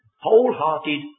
wholehearted